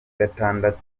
gatandatu